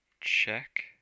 check